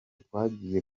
twagiye